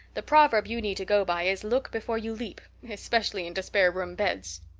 the proverb you need to go by is look before you leap' especially into spare-room beds.